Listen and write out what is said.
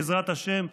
בעזרת השם,